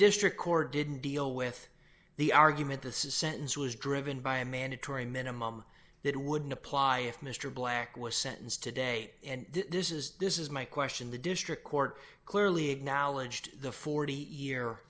district court didn't deal with the argument the sentence was driven by a mandatory minimum that it wouldn't apply if mr black was sentenced today and this is this is my question the district court clearly acknowledged the forty year